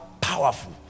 powerful